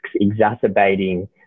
exacerbating